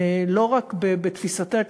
לא רק בתפיסתך,